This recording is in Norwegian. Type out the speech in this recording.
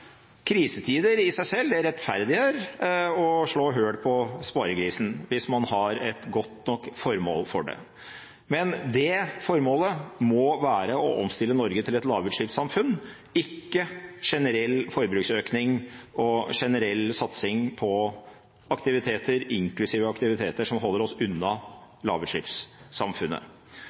Krisetider i seg selv rettferdiggjør å slå hull på sparegrisen hvis man har et godt nok formål for det. Men det formålet må være å omstille Norge til et lavutslippssamfunn, ikke generell forbruksøkning og generell satsing på aktiviteter inklusive aktiviteter som holder oss unna lavutslippssamfunnet.